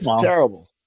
Terrible